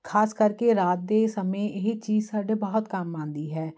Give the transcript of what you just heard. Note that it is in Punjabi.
ਖ਼ਾਸ ਕਰਕੇ ਰਾਤ ਦੇ ਸਮੇਂ ਇਹ ਚੀਜ਼ ਸਾਡੇ ਬਹੁਤ ਕੰਮ ਆਉਂਦੀ ਹੈ